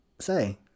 say